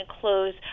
close